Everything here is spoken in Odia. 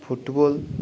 ଫୁଟବଲ